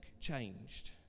changed